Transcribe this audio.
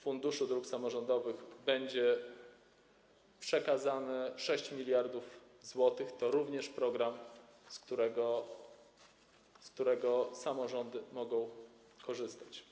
Funduszu Dróg Samorządowych będzie przekazane 6 mld zł - to również program, z którego samorządy mogą korzystać.